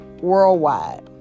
worldwide